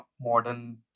modern